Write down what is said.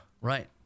Right